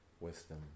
wisdom